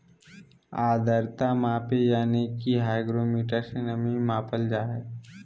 आद्रता मापी यानी कि हाइग्रोमीटर से नमी मापल जा हय